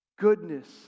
goodness